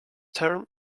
term